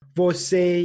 você